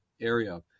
Area